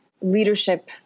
leadership